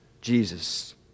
Jesus